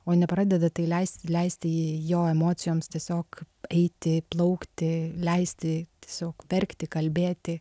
o jei nepradeda tai leisti leisti jo emocijoms tiesiog eiti plaukti leisti tiesiog verkti kalbėti